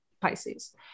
Pisces